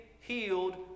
healed